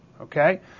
okay